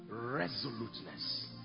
resoluteness